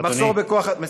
מחסור בכוח, אדוני.